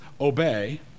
obey